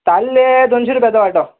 ताल्ले दोनशी रुपयाचो वांटो